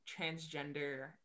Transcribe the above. transgender